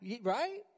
Right